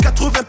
80%